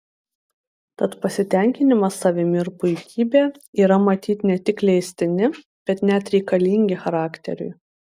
tad pasitenkinimas savimi ir puikybė yra matyt ne tik leistini bet net reikalingi charakteriui